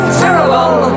terrible